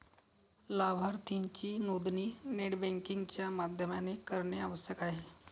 लाभार्थीची नोंदणी net banking च्या माध्यमाने करणे आवश्यक आहे